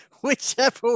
whichever